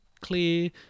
clear